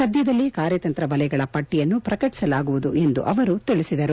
ಸದ್ದದಲ್ಲೇ ಕಾರ್ಯತಂತ್ರ ವಲಯಗಳ ಪಟ್ಟಿಯನ್ನು ಪ್ರಕಟಿಸಲಾಗುವುದು ಎಂದು ಅವರು ತಿಳಿಸಿದರು